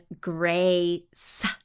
grace